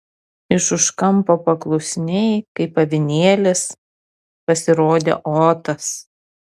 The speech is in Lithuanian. iš už kampo paklusniai kaip avinėlis pasirodė otas